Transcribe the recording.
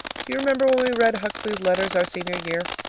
do you remember when we read huxley's letters our senior year?